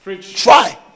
Try